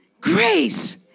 grace